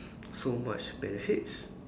so much benefits